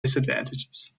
disadvantages